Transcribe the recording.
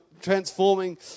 transforming